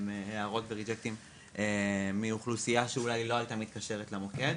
הערות וריג'קטים מאוכלוסייה שאולי לא הייתה מתקשרת למוקד,